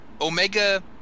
Omega